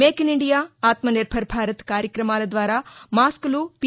make in India Atma Nirbhar Bharat కార్యక్రమాల ద్వారా మాస్కులు పి